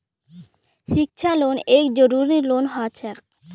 शिक्षा लोन एक जरूरी लोन हछेक